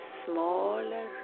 smaller